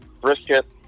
brisket